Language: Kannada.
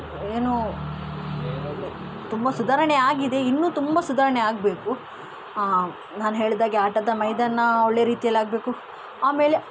ಏನು ತುಂಬ ಸುಧಾರಣೆ ಆಗಿದೆ ಇನ್ನು ತುಂಬ ಸುಧಾರಣೆ ಆಗಬೇಕು ನಾನು ಹೇಳಿದಾಗೆ ಆಟದ ಮೈದಾನ ಒಳ್ಳೆ ರೀತಿಯಲ್ಲಿ ಆಗಬೇಕು ಆಮೇಲೆ